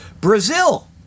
Brazil